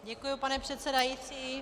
Děkuji, pane předsedající.